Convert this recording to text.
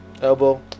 elbow